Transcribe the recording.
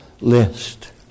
list